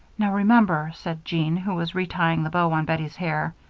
now, remember, said jean, who was retying the bow on bettie's hair,